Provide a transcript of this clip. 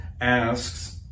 asks